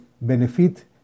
benefit